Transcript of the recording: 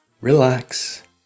relax